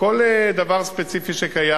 כל דבר ספציפי שקיים.